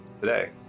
today